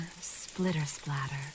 splitter-splatter